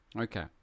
Okay